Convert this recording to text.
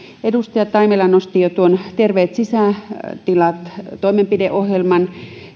edustaja taimela nosti jo tuon terveiden sisätilojen toimenpideohjelman